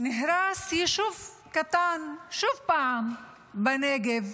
נהרס יישוב קטן, שוב, בנגב.